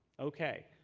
ok.